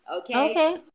Okay